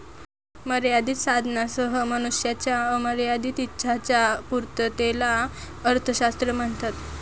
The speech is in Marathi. मर्यादित साधनांसह मनुष्याच्या अमर्याद इच्छांच्या पूर्ततेला अर्थशास्त्र म्हणतात